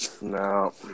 No